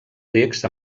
text